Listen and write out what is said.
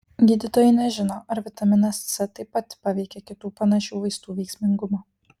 gydytojai nežino ar vitaminas c taip pat paveikia kitų panašių vaistų veiksmingumą